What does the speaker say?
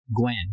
Gwen